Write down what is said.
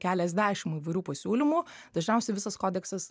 keliasdešim įvairių pasiūlymų dažniausiai visas kodeksas